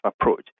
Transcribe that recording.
approach